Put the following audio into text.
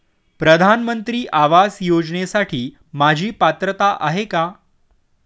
प्रधानमंत्री आवास योजनेसाठी माझी पात्रता आहे का?